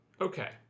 Okay